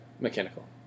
Mechanical